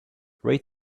rate